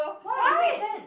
why it make sense